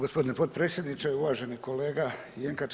Gospodine potpredsjedniče, uvaženi kolega Jenkač.